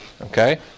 Okay